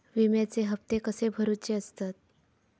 विम्याचे हप्ते कसे भरुचे असतत?